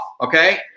okay